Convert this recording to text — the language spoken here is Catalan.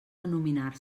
denominar